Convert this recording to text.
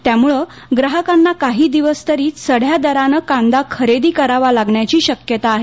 त्यामुळे ग्राहकांना काही दिवस तरी चढ्या दरानं कांदा खरेदी करावा लागण्याची शक्यता आहे